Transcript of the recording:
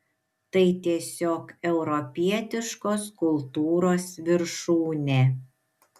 tai tiesiog europietiškos kultūros viršūnė